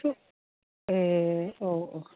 ए औ औ